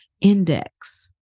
index